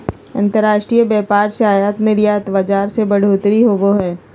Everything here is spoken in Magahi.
अंतर्राष्ट्रीय व्यापार से आयात निर्यात बाजार मे बढ़ोतरी होवो हय